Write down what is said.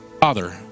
Father